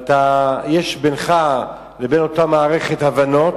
ויש בינך ובין אותה מערכת הבנות,